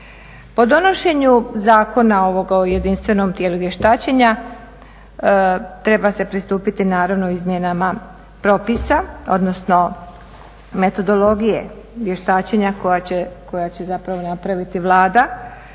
Po donošenju Zakona o jedinstvenom tijelu vještačenja treba se pristupiti naravno izmjenama propisa, odnosno metodologije vještačenja koja će zapravo napraviti Vlada,